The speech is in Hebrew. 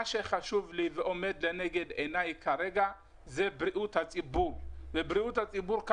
מה שחשוב לי ועומד לנגד עיניי כרגע זה בריאות הציבור ובריאות הציבור,